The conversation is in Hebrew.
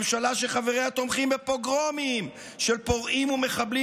ממשלה שחבריה תומכים בפוגרומים של פורעים ומחבלים